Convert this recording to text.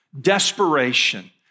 desperation